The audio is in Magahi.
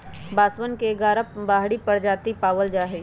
बांसवन के ग्यारह बाहरी प्रजाति पावल जाहई